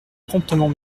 promptement